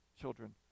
children